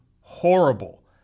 horrible